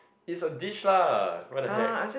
is a dish lah what the heck